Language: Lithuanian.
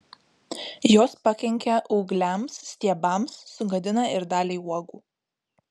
jos pakenkia ūgliams stiebams sugadina ir dalį uogų